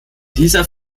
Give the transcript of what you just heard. dieser